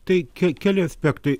tai ke keli aspektai